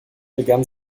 begann